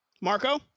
Marco